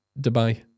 Dubai